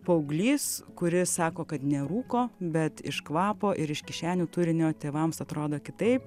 paauglys kuris sako kad nerūko bet iš kvapo ir iš kišenių turinio tėvams atrodo kitaip